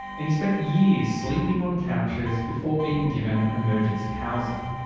and he spent years sleeping on couches before being given emergency housing.